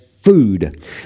food